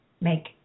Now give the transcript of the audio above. make